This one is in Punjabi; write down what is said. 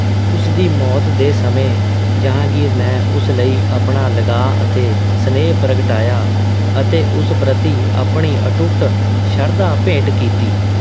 ਉਸ ਦੀ ਮੌਤ ਦੇ ਸਮੇਂ ਜਹਾਂਗੀਰ ਨੇ ਉਸ ਲਈ ਆਪਣਾ ਲਗਾਅ ਅਤੇ ਸਨੇਹ ਪ੍ਰਗਟਾਇਆ ਅਤੇ ਉਸ ਪ੍ਰਤੀ ਆਪਣੀ ਅਟੁੱਟ ਸ਼ਰਧਾ ਭੇਂਟ ਕੀਤੀ